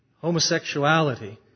Homosexuality